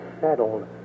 settled